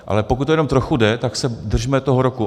Ale pokud to jenom trochu jde, tak se držme toho roku.